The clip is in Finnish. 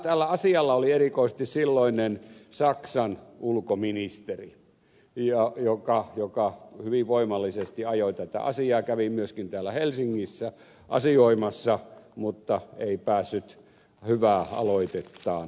tällä asialla oli erikoisesti silloinen saksan ulkoministeri joka hyvin voimallisesti ajoi tätä asiaa kävi myöskin täällä helsingissä asioimassa mutta ei päässyt hyvää aloitettaan pitemmälle